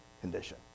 condition